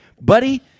buddy